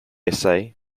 essay